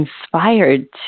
inspired